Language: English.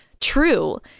true